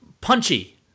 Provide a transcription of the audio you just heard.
Punchy